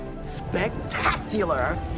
spectacular